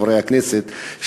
חברי הכנסת האלה,